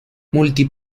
multi